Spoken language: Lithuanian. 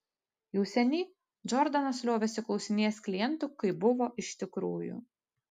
jau seniai džordanas liovėsi klausinėjęs klientų kaip buvo iš tikrųjų